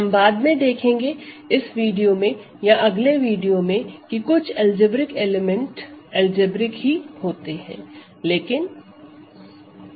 हम बाद में देखेंगे इस वीडियो में या अगले वीडियो में कि कुछ अलजेब्रिक एलिमेंट अलजेब्रिक ही होते हैं